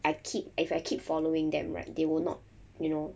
I keep if I keep following them right they will not you know